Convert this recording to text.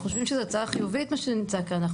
אנחנו חושבים זו הצעה חיובית מה שנמצא כאן.